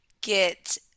get